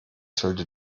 sollte